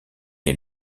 est